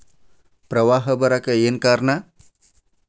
ಪ್ರವಾಹ ಬರಾಕ್ ಏನ್ ಕಾರಣ?